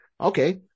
Okay